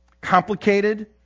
complicated